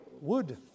wood